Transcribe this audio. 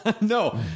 No